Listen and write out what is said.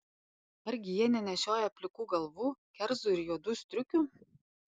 argi jie nenešioja plikų galvų kerzų ir juodų striukių